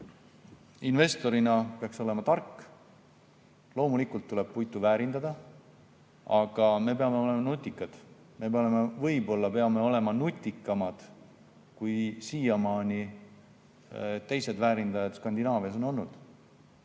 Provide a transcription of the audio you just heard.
investorina olema targad. Loomulikult tuleb puitu väärindada. Aga me peame olema nutikad, me peame olema võib-olla nutikamad kui siiamaani teised väärindajad Skandinaavias on olnud.